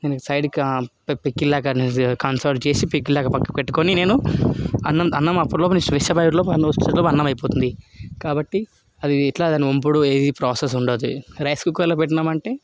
నేను సైడ్కి పికిల్ లాగా నేను కన్సోల్ చేసి పికిల్ లాగా పక్కకి పెట్టుకొని నేను అన్నం అన్నం అప్పటిలోపు నేను ఫ్రెషప్ అయ్యేటి లోపు అన్నం వచ్చేలోపు అన్నం అయిపోతుంది కాబట్టి అది ఎట్లా దాని ఒంపుడు ఏది ప్రాసెస్ ఉండదు రైస్ కుక్కర్లో పెట్టినమంటే